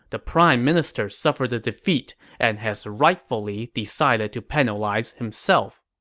the prime minister suffered a defeat and has rightfully decided to penalize himself.